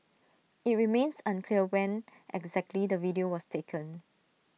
IT remains unclear when exactly the video was taken